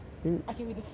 I can be the first then